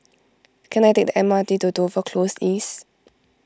can I take the M R T to Dover Close East